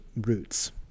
roots